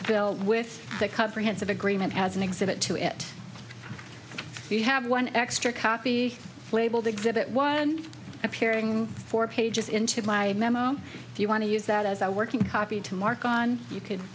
proposed bill with the comprehensive agreement as an exhibit to it you have one extra copy labeled exhibit one appearing four pages into my memo if you want to use that as a working copy to mark on you could